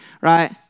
Right